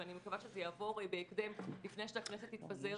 ואני מקווה שזה יעבור בהקדם לפני שהכנסת תתפזר,